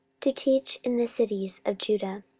to teach in the cities of judah.